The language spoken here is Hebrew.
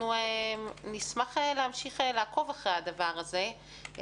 נשמח להמשיך ולעקוב אחרי הדבר הזה.